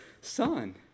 son